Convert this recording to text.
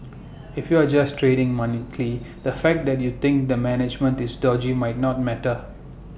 if you are just trading monthly the fact that you think the management is dodgy might not matter